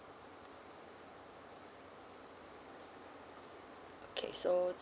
okay so